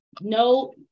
no